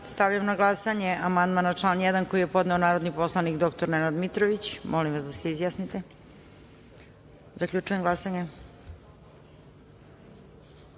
na glasanje amandman na član 1. koji je podneo narodni poslanik dr Nenad Mitrović. Molim vas da se izjasnite. Zaključujem glasanje: